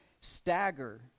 stagger